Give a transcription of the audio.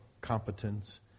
competence